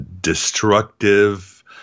destructive